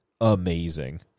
amazing